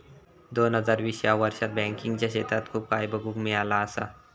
दोन हजार वीस ह्या वर्षात बँकिंगच्या क्षेत्रात खूप काय बघुक मिळाला असा